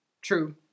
True